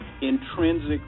intrinsic